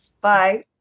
Bye